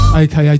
aka